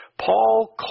Paul